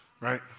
right